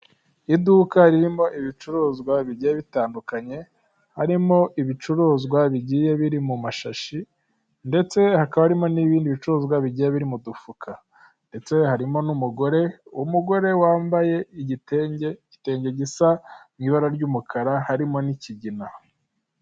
Iduka ririmo ibicuruzwa bigiye bitandukanye harimo ibicuruzwa bigiye biri mu mashashi ndetse, hakaba harimo n'ibindi bicuruzwa bigiye biri mu dufuka, ndetse harimo n'umugore, umugore wambaye igitenge gisa mu ibara ry'umukara harimo n'ikigina.